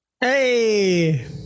Hey